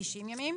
90 ימים.